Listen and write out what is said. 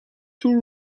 two